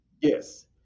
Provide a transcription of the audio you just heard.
Yes